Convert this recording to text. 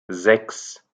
sechs